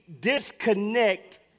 disconnect